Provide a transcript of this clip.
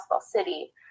City